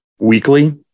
Weekly